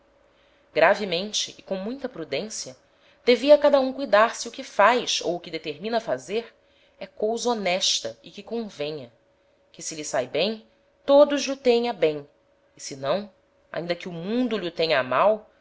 gravemente e com muita prudencia devia cada um cuidar se o que faz ou o que determina fazer é cousa honesta e que convenha que se lhe sae bem todos lh'o teem a bem e se não ainda que o mundo lh'o tenha a mal